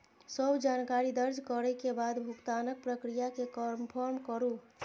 सब जानकारी दर्ज करै के बाद भुगतानक प्रक्रिया कें कंफर्म करू